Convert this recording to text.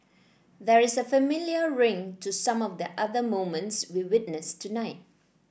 there is a familiar ring to some of the other moments we witnessed tonight